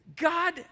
God